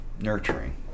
Nurturing